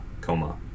coma